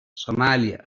somàlia